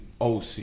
OC